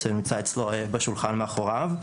שזה נמצא אצלו בשולחן מאחוריו.